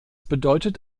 bedeutet